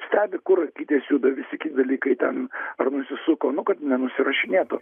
stebi kur akytės juda visi kiti dalykai ten ar nusisuko nu kad nenusirašinėtų